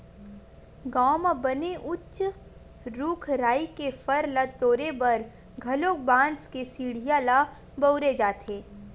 गाँव म बने उच्च रूख राई के फर ल तोरे बर घलोक बांस के सिड़िया ल बउरे जाथे